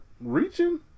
reaching